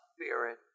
spirit